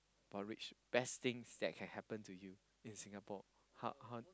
or which best things that can happen to you in Singapore how how